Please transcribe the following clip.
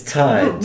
time